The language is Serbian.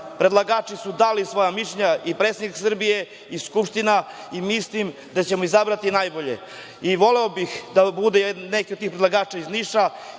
Predlagači su dali svoja mišljenja i predsednik Srbije i Skupština i mislim da ćemo izabrati najbolje. Voleo bih da bude neki od tih predlagača iz Niša